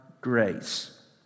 grace